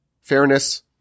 fairness